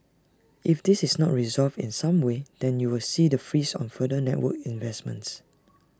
if this is not resolved in some way then you will see the freeze on further network investments